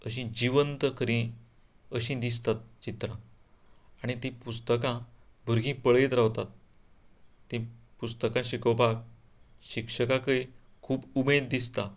अशी जिवंत करी अशी दिसता चित्रां आनी तीं पुस्तकां भुरगीं पळयत रावतात तीं पुस्तकां शिकोवपाक शिक्षकांकय खूब उमेद दिसता